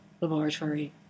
laboratory